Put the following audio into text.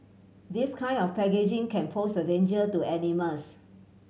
this kind of packaging can pose a danger to animals